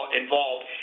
involved